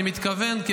אני מתכוון,